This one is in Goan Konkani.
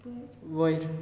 वयर